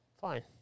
Fine